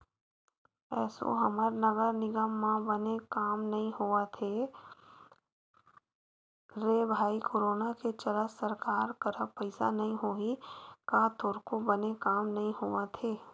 एसो हमर नगर निगम म बने काम नइ होवत हे रे भई करोनो के चलत सरकार करा पइसा नइ होही का थोरको बने काम नइ होवत हे